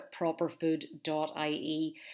properfood.ie